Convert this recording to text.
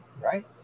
right